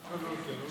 רוצה לקבל מתנות.